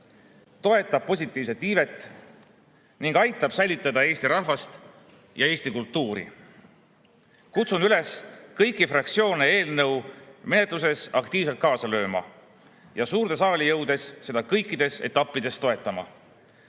toetab positiivset iivet ning aitab säilitada Eesti rahvast ja eesti kultuuri. Kutsun kõiki fraktsioone üles eelnõu menetluses aktiivselt kaasa lööma ja eelnõu suurde saali jõudes seda kõikides etappides toetama.